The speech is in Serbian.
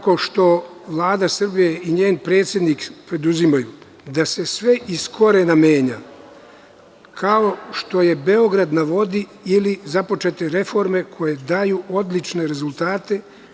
Kao što i Vlada Srbije i njen predsednik preduzimaju, sve mora iz korena da se menja, kao što je „Beograd na vodi“ ili započete reforme koje daju odlične rezultate.